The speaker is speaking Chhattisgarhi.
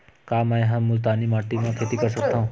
का मै ह मुल्तानी माटी म खेती कर सकथव?